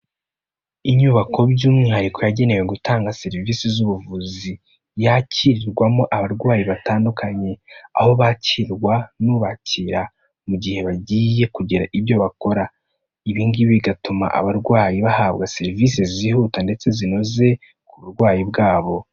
Inyubako by'umwihariko yagenewe gutanga serivisi z'ubuvuzi yakirirwamo abarwayi batandukanye, aho bakirwa n'ubakira mu gihe bagiye kugira ibyo bakora, ibi ngibi bigatuma abarwayi bahabwa serivisi zihuta ndetse zinoze ku burwayi bwabo.